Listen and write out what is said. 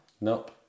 Nope